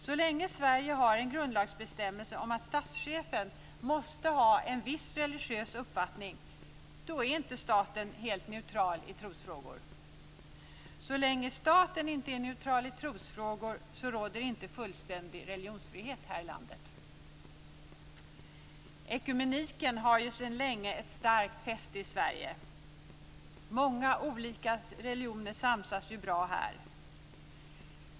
Så länge Sverige har en grundlagsbestämmelse om att statschefen måste ha en viss religiös uppfattning är inte staten helt neutral i trosfrågor. Så länge staten inte är neutral i trosfrågor råder inte fullständig religionsfrihet här i landet. Ekumeniken har sedan länge ett starkt fäste i Sverige. Många olika religioner samsas bra här.